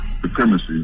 supremacy